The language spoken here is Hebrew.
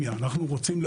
וכך אנחנו עושים.